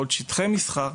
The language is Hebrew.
עוד שטחי מסחר.